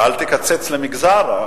ואל תקצץ למגזר.